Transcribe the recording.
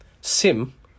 SIM